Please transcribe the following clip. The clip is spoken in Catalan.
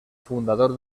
fundador